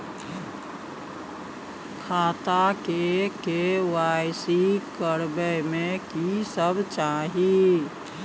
खाता के के.वाई.सी करबै में की सब चाही?